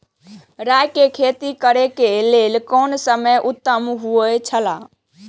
राय के खेती करे के लेल कोन समय उत्तम हुए छला?